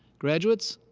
graduates,